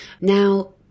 Now